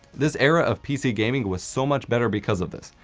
this era of pc gaming was so much better because of this.